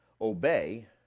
obey